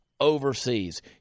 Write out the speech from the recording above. overseas